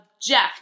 Jeff